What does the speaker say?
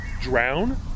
drown